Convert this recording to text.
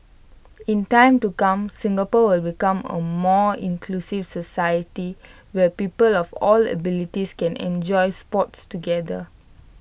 in time to come Singapore will become A more inclusive society where people of all abilities can enjoy sports together